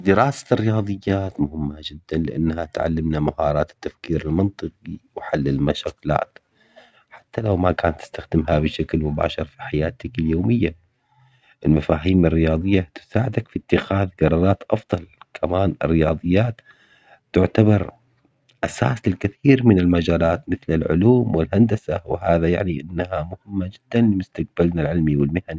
دراسة الرياضيات مهمة جداً لأنها تعلمنا مهارات التفكير المنطقي وحل المشكلات، حتى لو ما كانت تستخدمها بشكل مباشر في حياتك اليومية، المفاهيم الرياضية تساعدك في اتخاذ قرارات أفضل كمان الرياضيات تعتبرأساس للكثير من المجالات مثل العلوم والهندسة، وهذا يعني أنها مهمة جداً لمستقبلنا العلمي والمهني.